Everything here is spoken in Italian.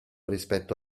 rispetto